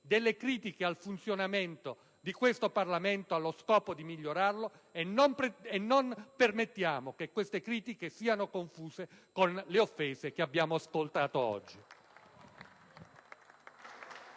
critiche al funzionamento di questo Parlamento, allo scopo di migliorarlo, e non permettiamo che queste critiche siano confuse con le offese che abbiamo ascoltato oggi.